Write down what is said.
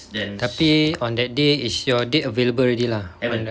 tapi on that day is your date available already lah on the